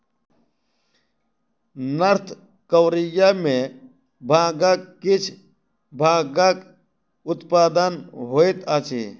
north Korea में भांगक किछ भागक उत्पादन होइत अछि